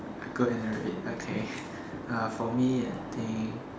I go in already okay uh for me I think